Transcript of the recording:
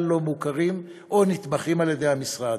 אינם מוכרים או נתמכים על-ידי המשרד.